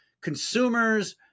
consumers